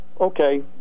okay